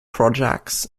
projects